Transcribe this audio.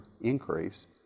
increase